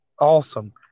awesome